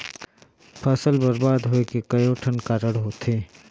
फसल बरबाद होवे के कयोठन कारण होथे